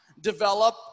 develop